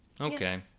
Okay